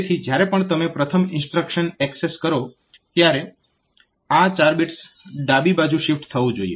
જેથી જ્યારે પણ તમે પ્રથમ ઇન્સ્ટ્રક્શન એક્સેસ કરો આ 4 બિટ્સ ડાબી બાજુ શિફ્ટ થવું જોઈએ